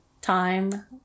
time